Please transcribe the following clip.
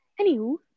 anywho